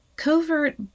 Covert